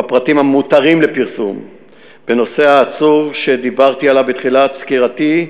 בפרטים המותרים לפרסום בנושא העצוב שדיברתי עליו בתחילת סקירתי,